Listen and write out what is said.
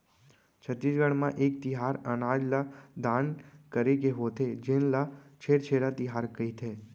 छत्तीसगढ़ म एक तिहार अनाज ल दान करे के होथे जेन ल छेरछेरा तिहार कहिथे